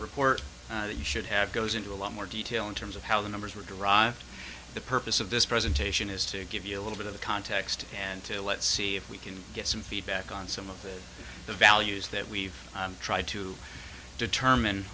report that you should have goes into a lot more detail in terms of how the numbers were derived the purpose of this presentation is to give you a little bit of context and to let see if we can get some feedback on some of the values that we've tried to determine